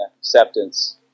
acceptance